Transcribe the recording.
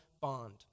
bond